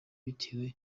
bitewe